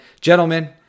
Gentlemen